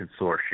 Consortium